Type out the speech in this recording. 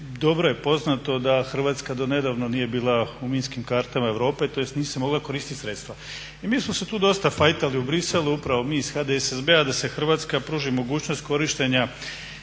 dobro je poznato da Hrvatska do nedavno nije bila u minskim kartama Europe, tj. nisu se mogla koristiti sredstva. I mi smo se tu doista fajtali u Briselu, upravo mi iz HDSSB-a da se Hrvatskoj pruži mogućnost korištenja